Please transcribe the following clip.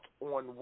on